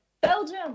Belgium